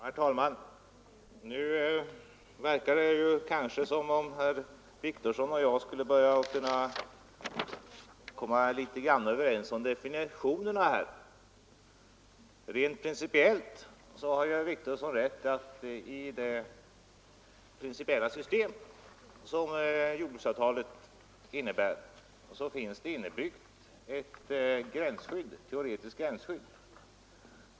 Herr talman! Nu verkar det som om herr Wictorsson och jag kanske ändå skulle kunna komma överens om definitionerna. Rent principiellt har herr Wictorsson rätt i att det i det system som jordbruksavtalet innebär finns inbyggt ett teoretiskt gränsskydd.